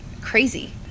crazy